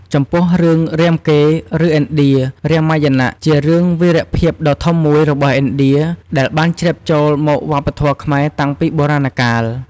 ចំពោះ រឿង រាមកេរ្តិ៍ ឬឥណ្ឌា រាមាយណៈ ជារឿងវីរភាពដ៏ធំមួយរបស់ឥណ្ឌាដែលបានជ្រាបចូលមកវប្បធម៌ខ្មែរតាំងពីបុរាណកាល។